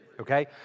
okay